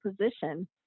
position